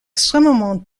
extrêmement